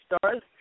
Stars